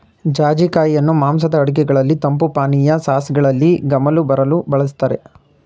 ಜಾಜಿ ಕಾಯಿಯನ್ನು ಮಾಂಸದ ಅಡುಗೆಗಳಲ್ಲಿ, ತಂಪು ಪಾನೀಯ, ಸಾಸ್ಗಳಲ್ಲಿ ಗಮಲು ಬರಲು ಬಳ್ಸತ್ತರೆ